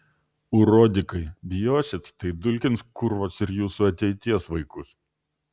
urodikai bijosit tai dulkins kurvos ir jūsų ateities vaikus